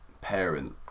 parent